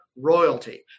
royalty